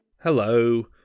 hello